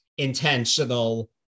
intentional